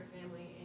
family